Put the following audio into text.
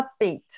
upbeat